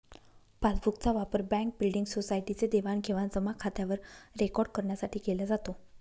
passbook चा वापर bank, building, society चे देवाणघेवाण जमा खात्यावर रेकॉर्ड करण्यासाठी केला जातो